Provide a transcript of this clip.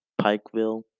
Pikeville